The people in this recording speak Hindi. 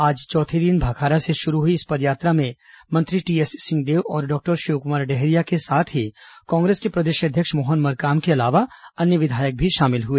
आज चौथे दिन भखारा से शुरू हुई इस पदयात्रा में मंत्री टीएस सिंहदेव और डॉक्टर शिवकुमार डहरिया के साथ ही कांग्रेस के प्रदेश अध्यक्ष मोहन मरकाम के अलावा अन्य विधायक भी शामिल हुए